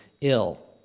ill